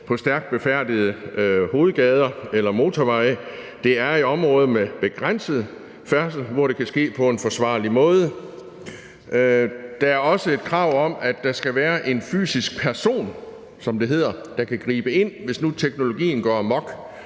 på stærkt befærdede hovedgader eller motorveje. Det er i områder med begrænset færdsel, hvor det kan ske på en forsvarlig måde. Der er også et krav om, at der skal være en fysisk person, som det hedder, der kan gribe ind, hvis nu teknologien går amok.